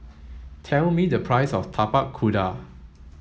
tell me the price of Tapak Kuda